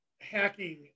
hacking